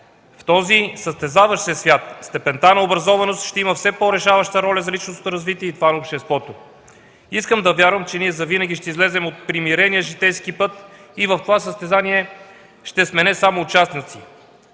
В този състезаващ се свят степента на образованост ще има все по-решаваща роля за личностното развитие и това на обществото. Искам да вярвам, че ние завинаги ще излезем от примирения житейски път и в това състезание ще сме не само участници,